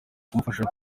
kumufasha